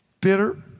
bitter